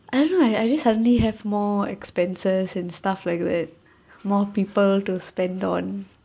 I don't know I just suddenly have more expenses and stuff like that more people to spend on